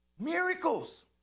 Miracles